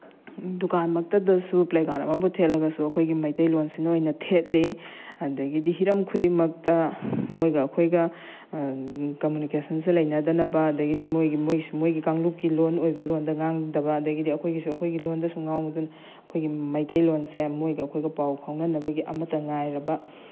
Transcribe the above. ꯗꯨꯀꯥꯟꯃꯛꯇꯗꯁꯨ placard ꯑꯃꯕꯨ ꯊꯦꯠꯂꯒꯁꯨ ꯑꯩꯈꯣꯏꯒꯤ ꯃꯩꯇꯩꯂꯣꯟꯁꯤꯅ ꯑꯣꯏꯅ ꯊꯦꯠꯂꯤ ꯑꯗꯒꯤꯗꯤ ꯍꯤꯔꯝ ꯈꯨꯗꯤꯡꯃꯛꯇ ꯃꯣꯏꯒ ꯑꯩꯈꯣꯏꯒ ꯀꯃꯨꯅꯤꯀꯦꯁꯟꯁꯦ ꯂꯩꯅꯗꯅꯕ ꯑꯗꯒꯤꯗꯤ ꯃꯣꯏꯒꯤ ꯃꯣꯏꯒꯤꯁꯨ ꯃꯣꯏꯒꯤ ꯀꯥꯡꯂꯨꯞꯀꯤ ꯂꯣꯟ ꯑꯣꯏꯕ ꯂꯣꯟꯗ ꯉꯥꯡꯗꯕ ꯑꯗꯒꯤꯗꯤ ꯑꯩꯈꯣꯏꯒꯤꯁꯨ ꯑꯩꯈꯣꯏꯒꯤ ꯂꯣꯟꯗ ꯁꯨꯝ ꯉꯥꯡꯕꯗꯨꯅ ꯑꯩꯈꯣꯏꯒꯤ ꯃꯩꯇꯩꯂꯣꯟꯁꯦ ꯃꯣꯏꯒ ꯑꯩꯈꯣꯏꯒ ꯄꯥꯎ ꯐꯥꯎꯅꯅꯕꯒꯤ ꯑꯃꯠꯇ ꯉꯥꯏꯔꯕ